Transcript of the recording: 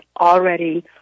already